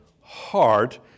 heart